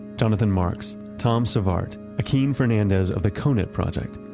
jonathan marks, tom sevart, akin fernandez of the conet project,